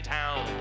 town